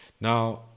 Now